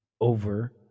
over